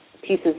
pieces